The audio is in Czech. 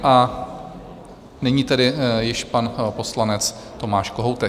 A nyní tedy již pan poslanec Tomáš Kohoutek.